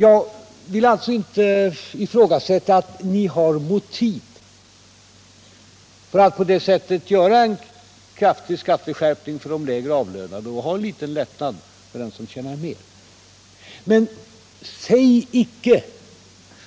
Jag vill inte ifrågasätta att ni har motiv för att på detta sätt genomföra en kraftig skatteskärpning för de lågavlönade och ge dem som tjänar mer en liten skattelättnad. Men säg icke